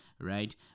Right